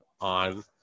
on